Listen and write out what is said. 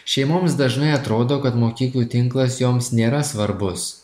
šeimoms dažnai atrodo kad mokyklų tinklas joms nėra svarbus